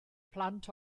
plant